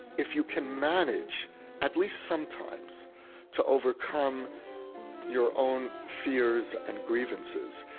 if you can manage at least sometimes to overcome your own fears and grievances,